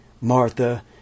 Martha